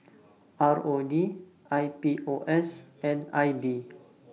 R O D I P O S and I B